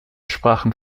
sprachen